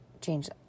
change